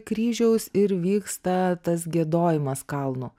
kryžiaus ir vyksta tas giedojimas kalno